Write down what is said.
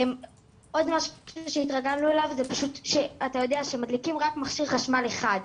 עוד משהו שהתרגלנו אליו זה פשוט שאתה יודע שמדליקים רק מכשיר חשמל אחד,